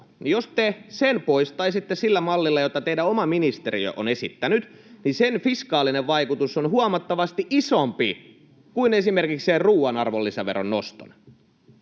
jos te sen poistaisitte sillä mallilla, jota teidän oma ministeriönne on esittänyt, fiskaalinen vaikutus on huomattavasti isompi kuin esimerkiksi sen ruuan arvonlisäveron noston.